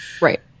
Right